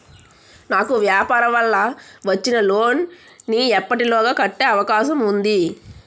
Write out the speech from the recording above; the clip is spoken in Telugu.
నాకు వ్యాపార వల్ల వచ్చిన లోన్ నీ ఎప్పటిలోగా కట్టే అవకాశం ఉంది?